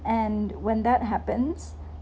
and when that happens